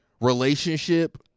relationship